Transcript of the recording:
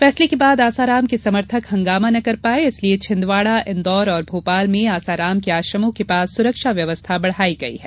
फैसले के बाद आसाराम के समर्थक हंगामा न कर पाए इसलिए छिंदवाड़ा इंदौर और भोपाल में आसाराम के आश्रमों के पास सुरक्षा व्यवस्था बढ़ाई गई है